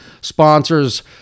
sponsors